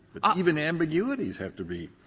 ah even ambiguities have to be